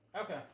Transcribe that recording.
Okay